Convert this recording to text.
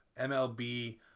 MLB